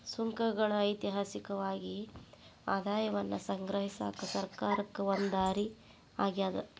ಸುಂಕಗಳ ಐತಿಹಾಸಿಕವಾಗಿ ಆದಾಯವನ್ನ ಸಂಗ್ರಹಿಸಕ ಸರ್ಕಾರಕ್ಕ ಒಂದ ದಾರಿ ಆಗ್ಯಾದ